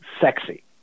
sexy